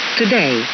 today